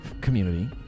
community